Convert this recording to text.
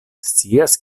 scias